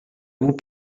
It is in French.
vous